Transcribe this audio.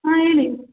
ಹಾಂ ಹೇಳಿ